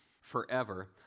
forever